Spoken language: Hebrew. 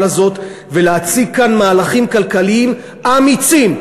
הזאת ולהציג כאן מהלכים כלכליים אמיצים.